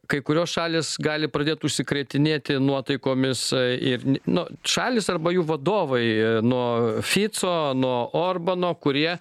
kai kurios šalys gali pradėt užsikrėtinėti nuotaikomis i ir n nu šalys arba jų vadovai nuo fico nuo orbano kurie